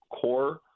core